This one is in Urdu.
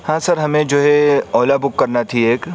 ہاں سر ہمیں جو یہ اولا بک کرنا تھی ایک